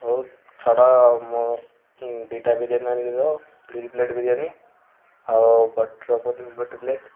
ହଉ ଛାଡ଼ ଆଉ ମୁଁ ଦୁଇଟା ବିରିୟାନୀ ଆଣିକି ଦେଇଦେବ ଦୁଇ ପ୍ଲେଟ୍ ବିରିୟାନୀ ଆଉ ବଟର୍ ପନିର୍ ଗୋଟେ ପ୍ଲେଟ୍